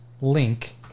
Link